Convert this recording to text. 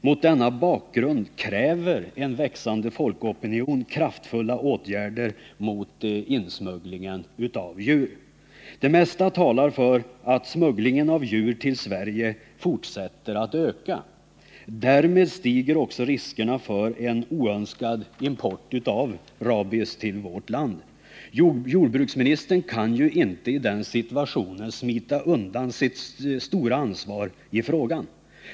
Mot denna bakgrund kräver en växande folkopinion kraftfulla åtgärder mot insmugglingen av djur. Det mesta talar för att smugglingen av djur till Sverige fortsätter att öka. Därmed stiger också riskerna för en oönskad import av rabies till vårt land. Jordbruksministern kan ju inte i den situationen smita undan sitt stora ansvar i frågan.